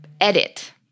edit